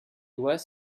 doigt